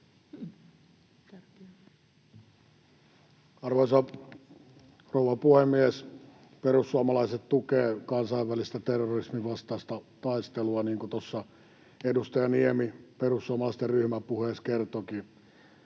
Arvoisa rouva puhemies! Perussuomalaiset tukevat kansainvälistä terrorisminvastaista taistelua, niin kuin tuossa edustaja Niemi perussuomalaisten ryhmäpuheessa kertoikin.